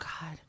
God